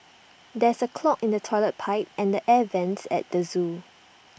there is A clog in the Toilet Pipe and the air Vents at the Zoo